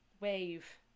wave